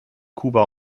kuba